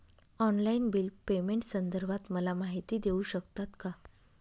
Online bill पेमेंटसंदर्भात मला माहिती देऊ शकतात का?